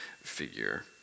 figure